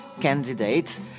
candidate